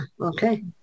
Okay